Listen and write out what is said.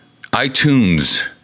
iTunes